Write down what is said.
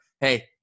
hey